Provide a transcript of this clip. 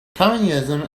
communism